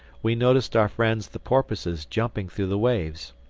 we noticed our friends the porpoises jumping through the waves.